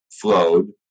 flowed